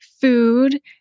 food